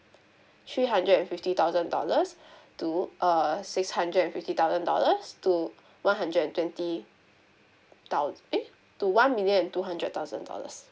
three hundred and fifty thousand dollars to err six hundred and fifty thousand dollars to one hundred and twenty dollars eh to one million and two hundred thousand dollars